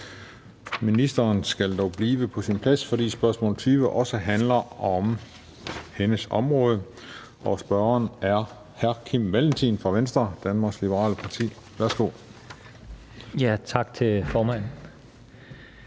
Ministeren skal dog blive på sin plads, fordi spørgsmål 20 (spm. nr. S 1184) også handler om hendes område, og spørgeren er hr. Kim Valentin fra Venstre, Danmarks Liberale Parti. Kl. 17:20 Spm.